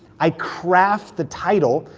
i craft the title,